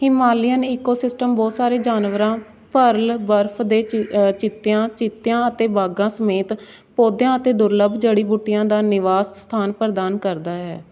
Himalayan ecosystem ਬਹੁਤ ਸਾਰੇ ਜਾਨਵਰਾਂ ਭਰਲ ਬਰਫ਼ ਦੇ ਚੀ ਚੀਤਿਆਂ ਚੀਤਿਆਂ ਅਤੇ ਬਾਘਾਂ ਸਮੇਤ ਪੌਦਿਆਂ ਅਤੇ ਦੁਰਲੱਭ ਜੜੀ ਬੂਟੀਆਂ ਦਾ ਨਿਵਾਸ ਸਥਾਨ ਪ੍ਰਦਾਨ ਕਰਦਾ ਹੈ